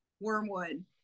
Wormwood